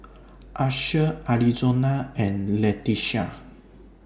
Asher Arizona and Letitia